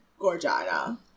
Gorgiana